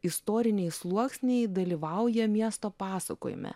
istoriniai sluoksniai dalyvauja miesto pasakojime